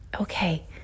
Okay